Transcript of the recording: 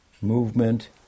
Movement